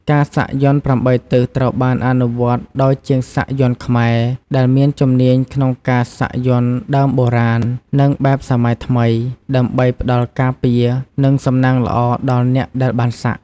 ការសាក់យ័ន្ត ៨ ទិស ត្រូវបានអនុវត្តដោយជាងសាក់យន្តខ្មែរ ដែលមានជំនាញក្នុងការសាក់យ័ន្តដើមបុរាណ និងបែបសម័យថ្មី ដើម្បីផ្ដល់ការពារ និងសំណាងល្អដល់អ្នកដែលបានសាក់។